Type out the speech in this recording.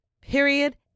period